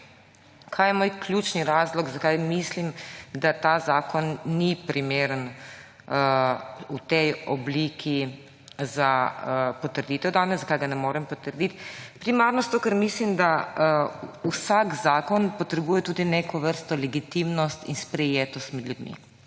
Kaj je moj ključni razlog, zakaj mislim, da ta zakon ni primeren v tej obliki za potrditev danes, zakaj ga ne morem potrditi? Primarno zato, ker mislim, da vsak zakon potrebuje tudi neko legitimnost in sprejetost med ljudmi.